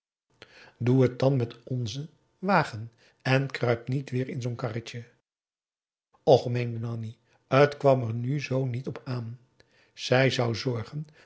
doe het dan met onzen wagen en kruip niet weêr in zoo'n karretje och meende nanni t kwam er nu zoo niet op aan zij zou zorgen